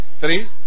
three